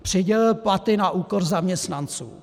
Přidělil platy na úkor zaměstnanců.